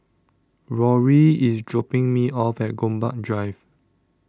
Rory IS dropping Me off At Gombak Drive